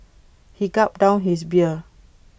he gulped down his beer